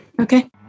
Okay